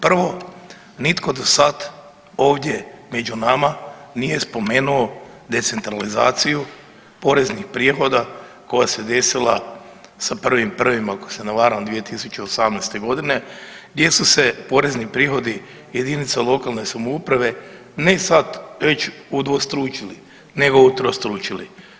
Prvo, nitko do sad ovdje među nama nije spomenuo decentralizaciju poreznih prihoda koja se desila sa 1.1. ako se ne varam 2018.g. gdje su se porezni prihodi jedinica lokalne samouprave ne sad već udvostručili nego utrostručili.